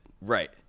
Right